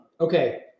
Okay